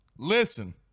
Listen